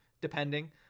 depending